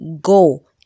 Go